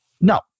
No